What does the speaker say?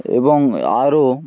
এবং আরও